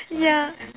yeah